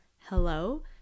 hello